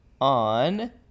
on